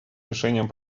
решением